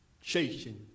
chasing